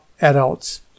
adults